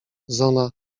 zona